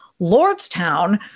Lordstown